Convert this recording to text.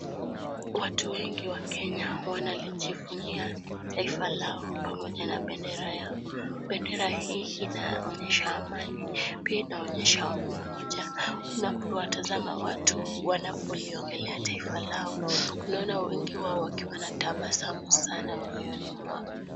Watu wengi wa Kenya wanajivunia taifa lao pamoja na bendera yao. Bendera hii inaonyesha amani pia inaonyesha umoja. Unapo watazama watu wanapo liongelea taifa lao unaona wengi wao wakiwa na tabasamu sana moyoni mwao.